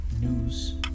news